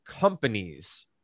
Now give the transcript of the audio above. companies